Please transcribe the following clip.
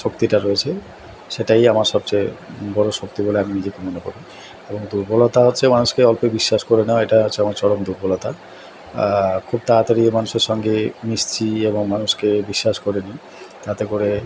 শক্তিটা রয়েছে সেটাই আমার সবচেয়ে বড়ো শক্তি বলে আমি নিজেকে মনে করি এবং দুর্বলতা হচ্ছে মানুষকে অল্পে বিশ্বাস করে নেওয়া এটা হচ্ছে আমার চরম দুর্বলতা খুব তাড়াতাড়ি মানুষের সঙ্গে মিশছি এবং মানুষকে বিশ্বাস করে নিই তাতে করে